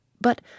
But